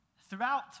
Throughout